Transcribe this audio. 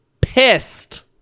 Pissed